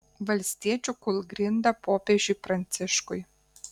valstiečių kūlgrinda popiežiui pranciškui